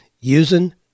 using